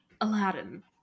aladdin